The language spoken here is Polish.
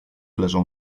leżą